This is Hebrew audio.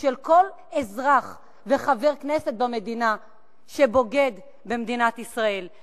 של כל אזרח וחבר כנסת במדינה שבוגד במדינת ישראל.